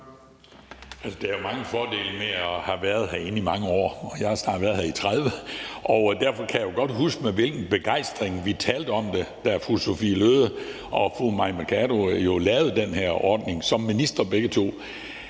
Der er jo mange fordele ved at have været herinde i mange år, og jeg har snart været her i 30 år. Derfor kan jeg jo godt huske, med hvilken begejstring vi talte om det, da fru Sophie Løhde og fru Mai Mercado lavede den her ordning, mens de begge var